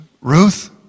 Ruth